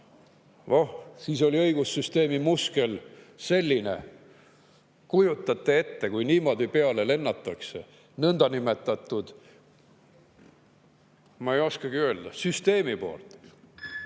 Voh! Siis oli õigussüsteemi muskel selline. Kujutate ette, kui niimoodi peale lennatakse, nõndanimetatud, ma ei oskagi öelda, süsteemi poolt.